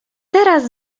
teraz